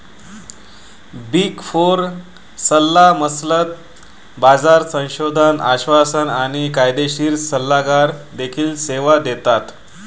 big four सल्लामसलत, बाजार संशोधन, आश्वासन आणि कायदेशीर सल्लागार देखील सेवा देतात